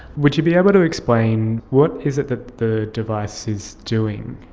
would you be able to explain what is it that the device is doing?